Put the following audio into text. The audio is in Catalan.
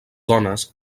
dones